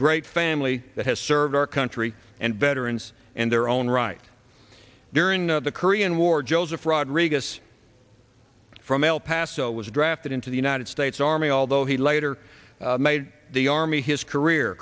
great family that has served our country and veterans and their own right during the korean war joseph rodrigues from el paso was drafted into the united states army although he later made the army his career